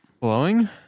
Blowing